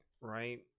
right